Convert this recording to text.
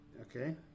Okay